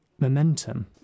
momentum